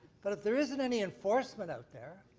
but if there isn't any enforcement out there,